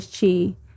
Chi